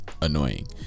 annoying